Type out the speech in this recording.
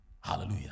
Hallelujah